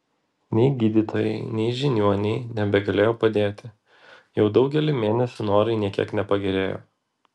nei gydytojai nei žiniuoniai nebegalėjo padėti jau daugelį mėnesių norai nė kiek nepagerėjo